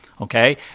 Okay